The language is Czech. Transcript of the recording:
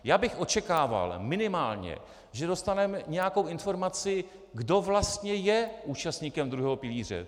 Já bych očekával minimálně, že dostaneme nějakou informaci, kdo vlastně je účastníkem druhého pilíře.